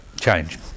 change